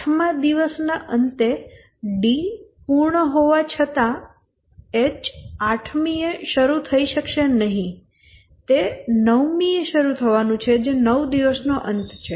8 મા દિવસના અંતે D પૂર્ણ હોવા છતાં H 8 મીએ શરૂ થઈ શકશે નહીં તે 9 મીએ શરૂ થવાનું છે જે 9 દિવસનો અંત છે